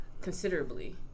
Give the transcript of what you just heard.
considerably